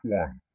one